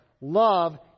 love